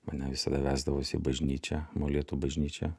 mane visada vesdavosi į bažnyčią molėtų bažnyčią